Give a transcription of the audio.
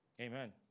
Amen